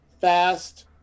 fast